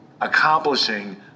accomplishing